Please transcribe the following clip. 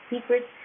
secrets